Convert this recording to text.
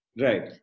Right